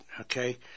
Okay